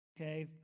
okay